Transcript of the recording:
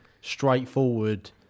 straightforward